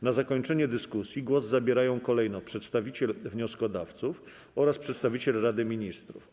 Na zakończenie dyskusji głos zabierają kolejno przedstawiciel wnioskodawców oraz przedstawiciel Rady Ministrów.